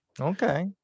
Okay